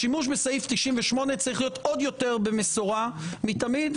השימוש בסעיף 98 צריך להיות עוד יותר במשורה מתמיד.